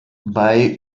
bei